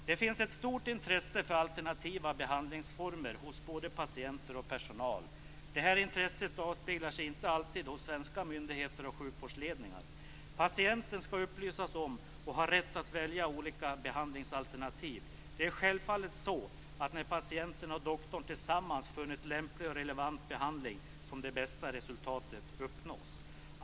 Det finns ett stort intresse för alternativa behandlingsformer hos både patienter och personal. Detta intresse avspeglar sig inte alltid hos svenska myndigheter och sjukvårdsledningar. Patienten skall upplysas om och ha rätt att välja olika behandlingsalternativ. Det bästa resultatet uppnås självfallet när patienten och doktorn tillsammans funnit lämplig och relevant behandling.